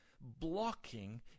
blocking